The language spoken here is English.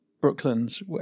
brooklyn's